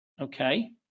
okay